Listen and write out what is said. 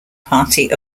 party